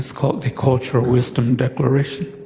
it's called the cultural wisdom declaration